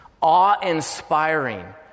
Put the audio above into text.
awe-inspiring